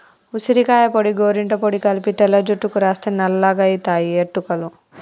ఉసిరికాయ పొడి గోరింట పొడి కలిపి తెల్ల జుట్టుకు రాస్తే నల్లగాయితయి ఎట్టుకలు